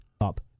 up